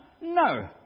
No